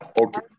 Okay